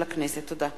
תודה.